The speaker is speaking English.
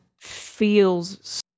feels